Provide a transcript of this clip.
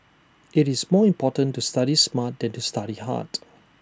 IT is more important to study smart than to study hard